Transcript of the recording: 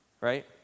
right